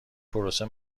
پروسه